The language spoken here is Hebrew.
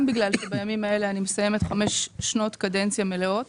גם בגלל שבימים אלה אני מסיימת חמש שנות קדנציה מלאות